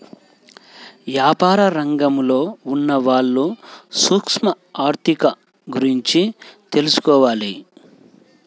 యాపార రంగంలో ఉన్నవాళ్ళు సూక్ష్మ ఆర్ధిక గురించి తెలుసుకోవాలి